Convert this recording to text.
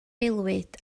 aelwyd